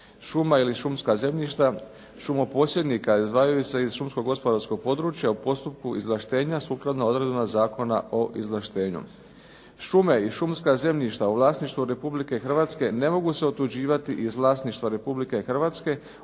Šuma ili šumska zemljišta, šumoposjednika izdvajaju se iz šumsko-gospodarskog područja u postupku izvlaštenja sukladno odredbama Zakona o izvlaštenju. Šume i šumska zemljišta u vlasništvu Republike Hrvatske ne mogu se otuđivati iz vlasništva Republike Hrvatske